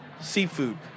seafood